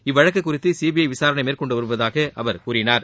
இவ்வழக்கு குறித்து சிபிஐ விசாரணை மேற்கொண்டு வருவதாக அவர் கூறினார்